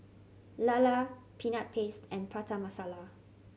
lala Peanut Paste and Prata Masala